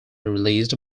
released